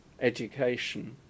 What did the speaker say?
education